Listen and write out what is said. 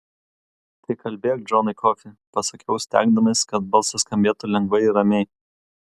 tai kalbėk džonai kofį pasakiau stengdamasis kad balsas skambėtų lengvai ir ramiai